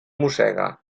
mossega